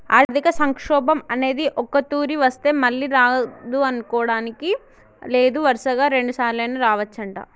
ఆర్థిక సంక్షోభం అనేది ఒక్కతూరి వస్తే మళ్ళీ రాదనుకోడానికి లేదు వరుసగా రెండుసార్లైనా రావచ్చంట